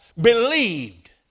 believed